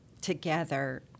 together –